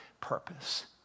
purpose